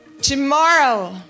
tomorrow